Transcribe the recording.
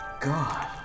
God